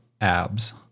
abs